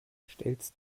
stellst